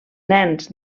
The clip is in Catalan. nens